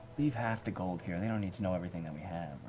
leave half the gold here. they don't need to know everything that we have.